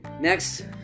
Next